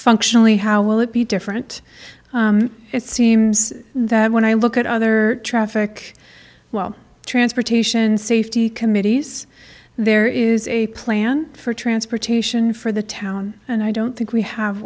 functionally how will it be different it seems that when i look at other traffic well transportation safety committees there is a plan for transportation for the town and i don't think we have